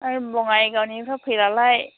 ओमफ्राय बङाइगावनिफ्राय फैब्लालाय